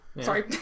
Sorry